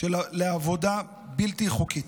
לעבודה בלתי חוקית.